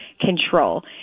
control